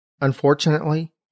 Unfortunately